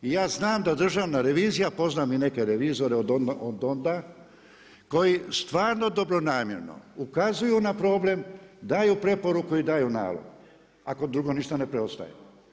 I ja znam da Državna revizija, poznam i neke revizore od onda, koji stvarno dobronamjerno ukazuju na problem, daju preporuku i daju nalog, ako drugo ništa ne preostaje.